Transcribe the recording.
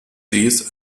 sees